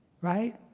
right